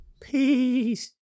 Peace